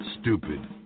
stupid